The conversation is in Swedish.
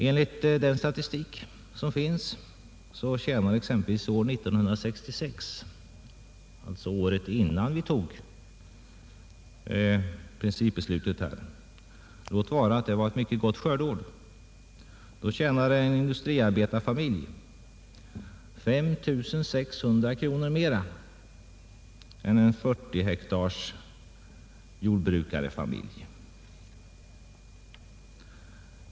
Enligt den statistik som finns tjänade en industriarbetarfamilj år 1966 — alltså året innan principbeslutet fattades — trots att det var ett mycket gott skördeår 5 600 kronor mera än en 40 hektars jordbrukarfamilj.